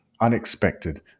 unexpected